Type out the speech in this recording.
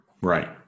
right